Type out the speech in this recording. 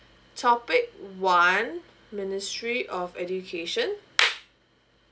topic one ministry of education